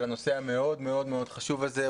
על הנושא המאוד מאוד חשוב הזה.